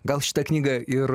gal šitą knygą ir